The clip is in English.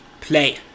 play